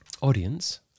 audience